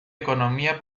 economía